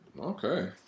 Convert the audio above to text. Okay